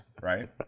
right